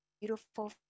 beautiful